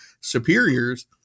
superiors